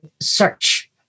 search